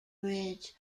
bridge